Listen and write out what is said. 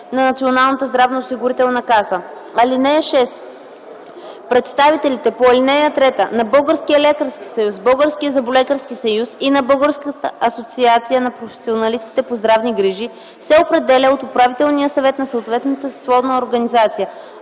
на Националната здравноосигурителна каса. (6) Представителите по ал. 3 на Българския лекарски съюз, Българския зъболекарски съюз и на Българската асоциация на професионалистите по здравни грижи се определят от управителния съвет на съответната съсловна организация.